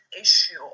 issue